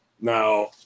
Now